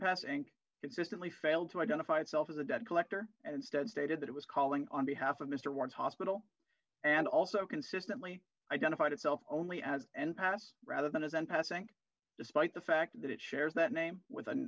passing consistently failed to identify itself as a debt collector and instead stated that it was calling on behalf of mr ward's hospital and also consistently identified itself only as and passed rather than as an passing despite the fact that it shares that name with